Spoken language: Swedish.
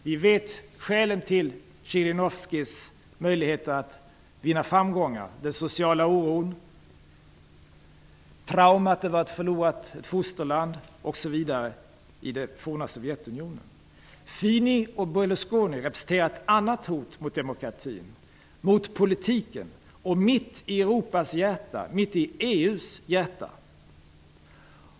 Vi vet skälen till Zjirinovskijs möjligheter att vinna framgång: den sociala oron, traumat över att ha förlorat ett fosterland i det forna Sovjetunionen, osv. Fini och Berlusconi representerar ett annat hot mot demokratin, nämligen det mot politiken -- och detta mitt i Europas och EU:s hjärta.